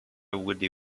woody